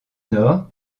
nord